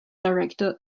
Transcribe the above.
director